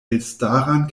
elstaran